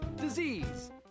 Disease